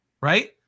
Right